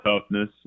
toughness